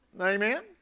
Amen